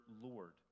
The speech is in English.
Lord